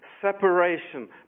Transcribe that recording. Separation